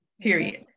period